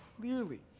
clearly